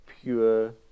pure